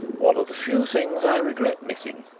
one of the few things i regret missing,